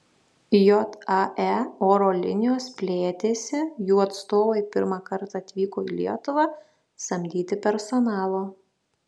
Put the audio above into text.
jae oro linijos plėtėsi jų atstovai pirmą kartą atvyko į lietuvą samdyti personalo